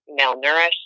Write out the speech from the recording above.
malnourished